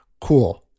Cool